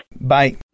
Bye